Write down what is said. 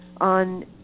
on